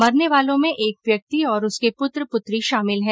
मरने वालों में एक व्यक्ति और उसके पुत्र पुत्री शामिल है